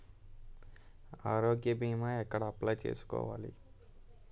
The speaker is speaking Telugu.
ఆరోగ్య భీమా ఎక్కడ అప్లయ్ చేసుకోవాలి?